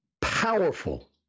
Powerful